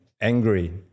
angry